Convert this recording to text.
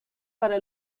para